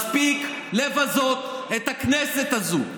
מספיק לבזות את הכנסת הזאת.